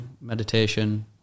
meditation